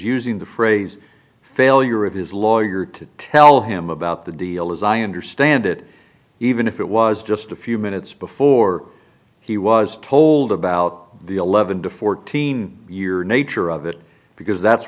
using the phrase failure of his lawyer to tell him about the deal as i understand it even if it was just a few minutes before he was told about the eleven to fourteen year nature of it because that's